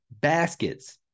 baskets